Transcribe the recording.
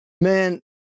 Man